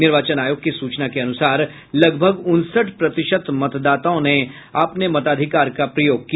निर्वाचन आयोग की सूचना के अनुसार लगभग उनसठ प्रतिशत मतदाताओं ने अपने मताधिकार का प्रयोग किया